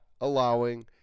allowing